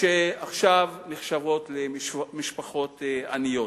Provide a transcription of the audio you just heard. שעכשיו נחשבות למשפחות עניות.